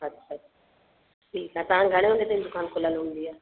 अच्छा ठीकु आहे तव्हां घणे लॻे तव्हांजी दुकान खुलियलु हूंदी आहे